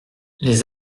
les